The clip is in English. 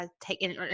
Taking